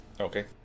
Okay